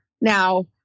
Now